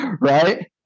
Right